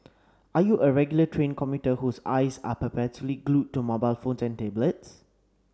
are you a regular train commuter whose eyes are perpetually glued to mobile phones and tablets